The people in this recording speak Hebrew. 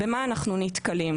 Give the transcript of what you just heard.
במה אנחנו נתקלים?